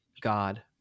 god